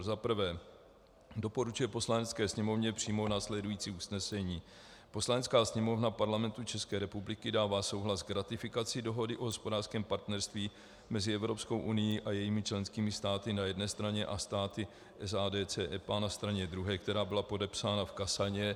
I. doporučuje Poslanecké sněmovně přijmout následující usnesení: Poslanecká sněmovna Parlamentu České republiky dává souhlas k ratifikaci Dohody o hospodářském partnerství mezi Evropskou unií a jejími členskými státy na jedné straně a státy SADC EPA na straně druhé, která byla podepsána v Kasane dne 10. června 2016.